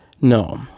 No